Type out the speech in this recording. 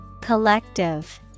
Collective